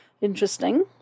interesting